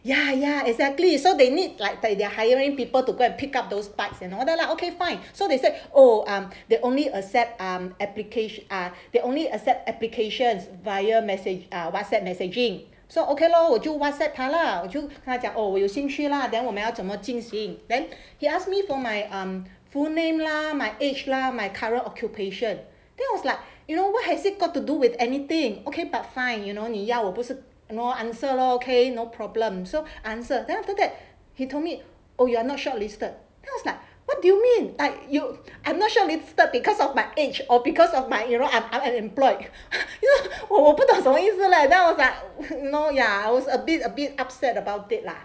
ya ya exactly so they need like they're hiring people to go and pick up those bikes and other lah okay fine so they say oh um they only accept um application ah they only accept applications via message ah whatsapp messaging so okay lor 我就 whatsapp 他 lah 我就讲 oh 我有兴趣 lah then 我们要怎么进行 then he asked me for my um full name lah my age lah my current occupation then I was like you know what has it got to do with anything okay but fine you know 你要我不是 you know answer lor okay no problem so answered then after that he told me or you are not shortlisted then I was like what do you mean I you I'm not sure we'd shortlisted because of my age or because of my you know I'm I'm unemployed 我不懂什么意思来到 about no ya I was a bit a bit upset about it lah